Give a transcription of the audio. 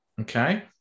Okay